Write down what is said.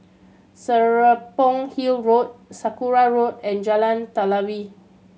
Serapong Hill Road Sakra Road and Jalan Telawi